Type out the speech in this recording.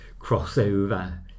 crossover